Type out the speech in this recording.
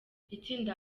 itsinda